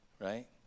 Right